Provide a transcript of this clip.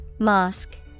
Mosque